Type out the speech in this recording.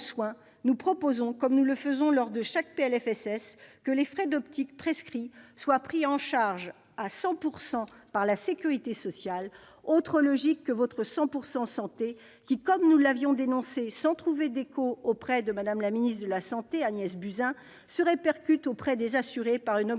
loi de financement de la sécurité sociale, que les frais d'optique prescrits soient pris en charge à 100 % par la sécurité sociale. C'est d'une tout autre logique que votre « 100 % santé », qui, comme nous l'avions dénoncé sans trouver d'écho auprès de Mme la ministre de la santé, Agnès Buzyn, se répercute auprès des assurés par une augmentation